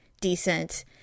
decent